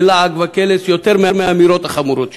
ללעג וקלס יותר מהאמירות החמורות שלו.